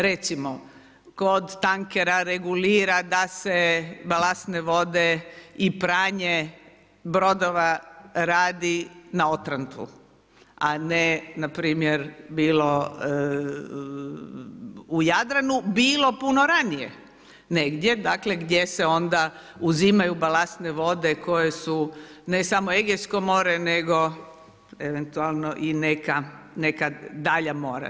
Recimo, kod tankera regulira da se balastne vode i pranje brodova radi …, a ne npr. bilo u Jadranu, bilo puno ranije, negdje gdje se onda uzimaju balastne vode koje su ne samo Egejsko more nego eventualno i neka dalja mora.